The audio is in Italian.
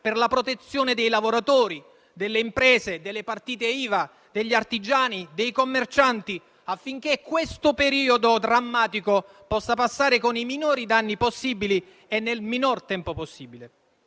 per la protezione dei lavoratori, delle imprese, delle partite IVA, degli artigiani e dei commercianti, affinché questo periodo drammatico possa passare con i minori danni possibili e nel minor tempo possibile.